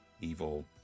evil